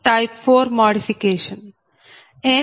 ఇది type 4 modification